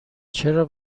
چرا